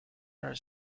her